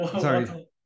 Sorry